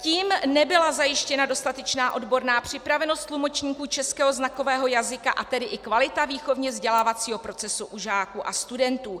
Tím nebyla zajištěna dostatečná odborná připravenost tlumočníků českého znakového jazyka, a tedy i kvalita výchovně vzdělávacího procesu u žáků a studentů.